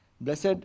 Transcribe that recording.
Blessed